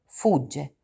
fugge